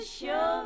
show